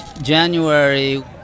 January